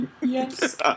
Yes